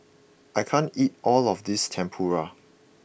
I can't eat all of this Tempura